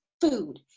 food